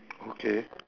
okay